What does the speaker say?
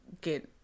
get